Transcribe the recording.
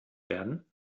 werden